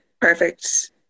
perfect